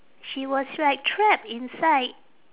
she was like trap inside